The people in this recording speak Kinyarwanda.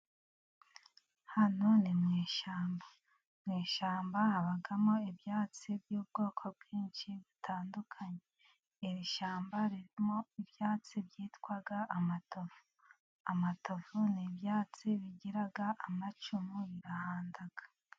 Hano ni mu ishyamba, mu ishyamba habamo ibyatsi by'ubwoko bwinshi butandukanye, iri shyamba ririmo ibyatsi byitwa amatovu, amatovu n'ibyatsi bigira amacumu birahanda.